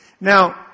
Now